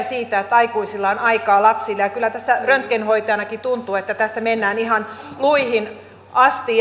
siitä että aikuisilla on aikaa lapsille ja kyllä tässä röntgenhoitajanakin tuntuu että tässä mennään ihan luihin asti